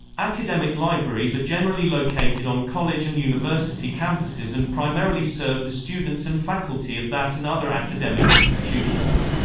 academic libraries are generally located on college and university campuses and primarily serve the students and faculty of that and other academic institutions.